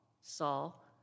Saul